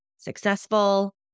Successful